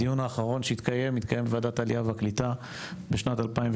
בדיון האחרון שהתקיים בוועדת העלייה והקליטה התקיים בשנת 2018,